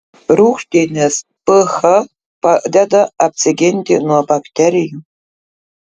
rūgštinis ph padeda apsiginti nuo bakterijų